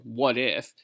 what-if